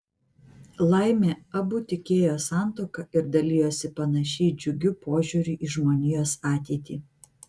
laimė abu tikėjo santuoka ir dalijosi panašiai džiugiu požiūriu į žmonijos ateitį